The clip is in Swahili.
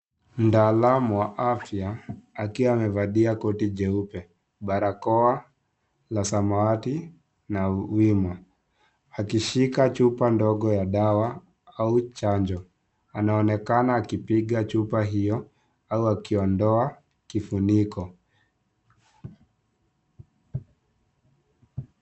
Mtaalamu wa afya akiwa amevalia koti jeupe, barakoa la rangi ya samawati na winoakishika chupa ndogo ya dawa au chanjo anaonekana akipiga chupa hiyo au akiondoa kifuniko